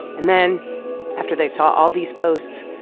and then after they saw all these posts,